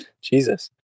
Jesus